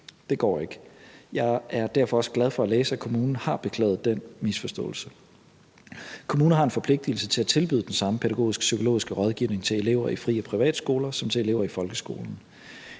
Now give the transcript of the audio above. Det går ikke. Jeg er derfor også glad for at kunne læse, at kommunen har beklaget den misforståelse. Kommunen har en forpligtigelse til at tilbyde den samme pædagogisk-psykologiske rådgivning til elever på fri- og privatskoler som til elever i folkeskolen.